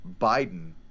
biden